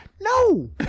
No